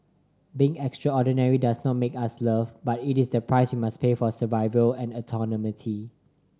being extraordinary does not make us loved but it is the price we must pay for survival and autonomy